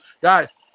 guys